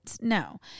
No